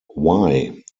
why